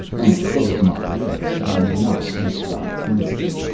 and close my lips that i may not speak thy words,